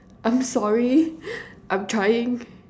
I'm sorry I'm trying